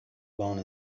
bone